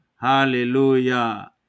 Hallelujah